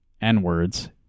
N-words